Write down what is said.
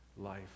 life